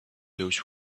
those